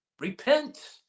Repent